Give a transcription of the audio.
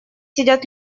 сидят